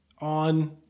on